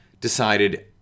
decided